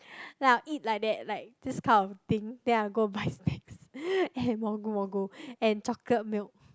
then I will eat like that like this kind of thing then I'll go buy snacks and Mogu Mogu and chocolate milk